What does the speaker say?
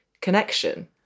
connection